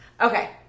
okay